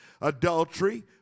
Adultery